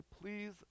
please